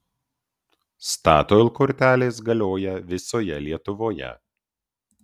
statoil kortelės galioja visoje lietuvoje